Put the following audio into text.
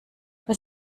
bei